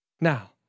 Now